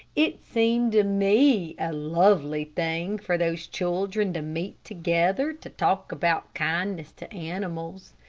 it seemed to me a lovely thing for those children to meet together to talk about kindness to animals.